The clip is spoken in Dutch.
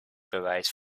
bewijs